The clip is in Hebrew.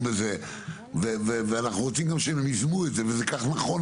בזה ואנחנו רוצים גם שהם יזמו את זה וזה כך נכון